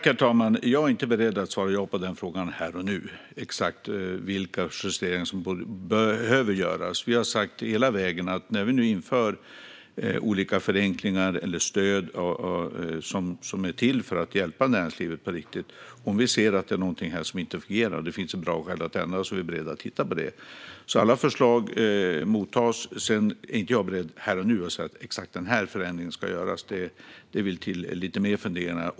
Herr talman! Jag är inte beredd att svara ja på den frågan här och nu. Jag är inte beredd att säga exakt vilka justeringar som behöver göras. Vi inför nu olika förenklingar och stöd som är till för att hjälpa näringslivet på riktigt. Om vi ser att det är någonting som inte fungerar och att det finns goda skäl till ändringar är vi beredda att titta på det. Det har vi sagt hela vägen. Alla förslag tas emot. Men jag är inte beredd att här och nu säga exakt vilka förändringar som ska göras. Det vill till lite mer funderingar.